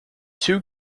two